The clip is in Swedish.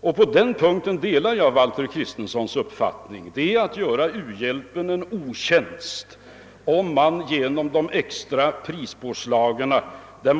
På denna punkt delar jag Valter Kristensons uppfattning. Det är att göra u-hjälpen en otjänst, om man menar att de extra prispåslagen skall gå till den.